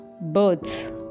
birds